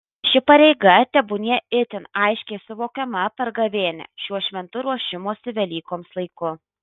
ši pareiga tebūnie itin aiškiai suvokiama per gavėnią šiuo šventu ruošimosi velykoms laiku